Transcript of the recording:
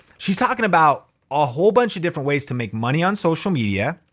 she's talking about a whole bunch of different ways to make money on social media.